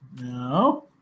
no